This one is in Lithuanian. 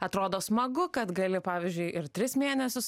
atrodo smagu kad gali pavyzdžiui ir tris mėnesius